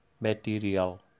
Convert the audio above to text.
material